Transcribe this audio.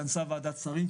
התכנסה ועדת שרים,